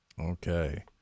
Okay